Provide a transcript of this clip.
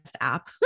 app